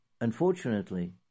Unfortunately